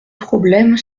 problème